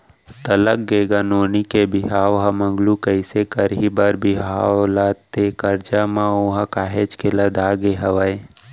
त लग गे का नोनी के बिहाव ह मगलू कइसे करही बर बिहाव ला ते करजा म ओहा काहेच के लदागे हवय